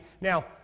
now